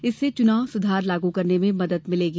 इससे चुनाव सुधार लागू करने में मदद मिलेगी